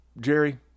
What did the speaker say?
Jerry